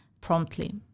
promptly